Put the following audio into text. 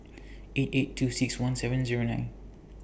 eight eight two six one seven Zero nine